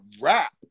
wrap